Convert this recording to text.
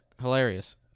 hilarious